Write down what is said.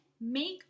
make